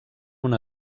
una